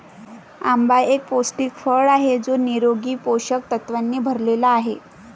आंबा एक पौष्टिक फळ आहे जो निरोगी पोषक तत्वांनी भरलेला आहे